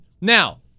now